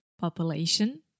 population